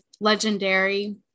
legendary